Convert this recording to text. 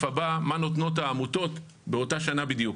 הבא מה נותנות העמותות באותה שנה בדיוק.